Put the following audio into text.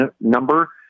number